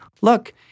look